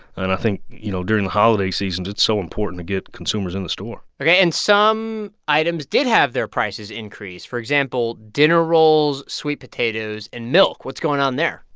and i think, you know, during the holiday season, it's so important to get consumers in the store ok. and some items did have their prices increase for example, dinner rolls, sweet potatoes and milk. what's going on there?